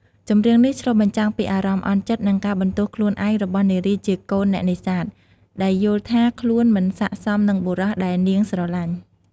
ចម្រៀងនេះឆ្លុះបញ្ចាំងពីអារម្មណ៍អន់ចិត្ត និងការបន្ទោសខ្លួនឯងរបស់នារីជាកូនអ្នកនេសាទ ដែលយល់ថាខ្លួនមិនស័ក្តិសមនឹងបុរសដែលនាងស្រឡាញ់។